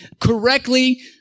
correctly